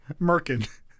Murkin